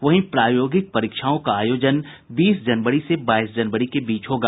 वहीं प्रायोगिक परीक्षाओं का आयोजन बीस जनवरी से बाईस जनवरी के बीच होगा